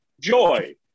joy